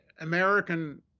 American